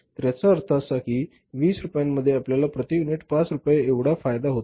तर याचा अर्थ असा की २० रुपये मध्ये आपल्याला प्रति युनिट 5 रुपये एवढा फायदा होतो